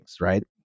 right